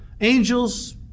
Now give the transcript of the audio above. angels